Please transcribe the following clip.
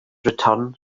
return